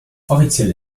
offiziell